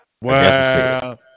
Wow